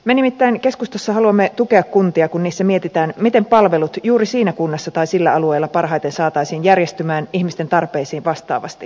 me nimittäin keskustassa haluamme tukea kuntia kun niissä mietitään miten palvelut juuri siinä kunnassa tai sillä alueella parhaiten saataisiin järjestymään ihmisten tarpeita vastaavasti